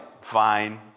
Fine